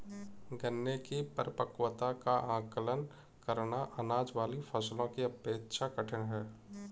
गन्ने की परिपक्वता का आंकलन करना, अनाज वाली फसलों की अपेक्षा कठिन है